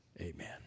amen